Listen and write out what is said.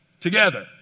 together